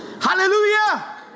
Hallelujah